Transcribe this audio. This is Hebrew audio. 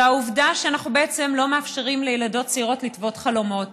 זאת העובדה שאנחנו לא מאפשרים לילדות צעירות לטוות חלומות,